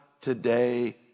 today